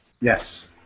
Yes